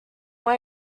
why